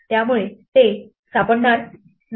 त्यामुळे ते सापडणार नाही